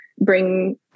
bring